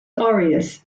aureus